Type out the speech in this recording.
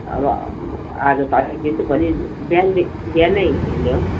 अब आज त अलिक दिउँसो भोलि बिहान बिहानै हिँड्यो